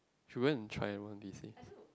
should go and try one of these days